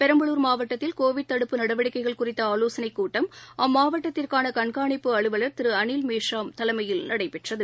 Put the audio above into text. பெரம்பலூர் மாவட்டத்தில் கோவிட் தடுப்பு நடவடிக்கைகள் குறித்தஆலோசனைக் கூட்டம் அம்மாவட்டத்திற்கானகண்கானிப்பு அலுவலர் திருஅளில் மேஷ்ராம் தலைமையில் நடைபெற்றது